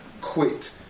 quit